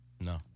No